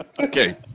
Okay